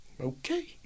okay